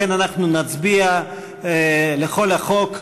לכן אנחנו נצביע על כל החוק,